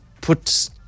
put